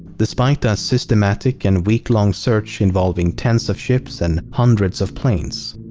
despite a systematic and week-long search involving tens of ships and hundreds of planes,